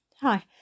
Hi